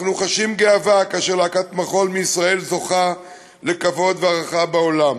אנחנו חשים גאווה כאשר להקת מחול מישראל זוכה לכבוד ולהערכה בעולם,